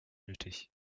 nötig